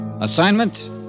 Assignment